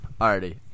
Alrighty